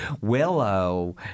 Willow